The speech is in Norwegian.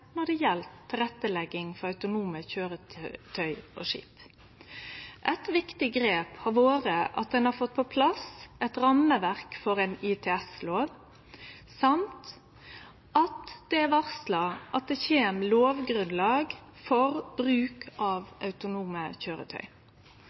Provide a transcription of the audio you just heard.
når det gjeld tilrettelegging for autonome køyretøy og skip. Eit viktig grep har vore at ein har fått på plass eit rammeverk for ein ITS-lov, og at det er varsla at det kjem lovgrunnlag for bruk av